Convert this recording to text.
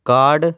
card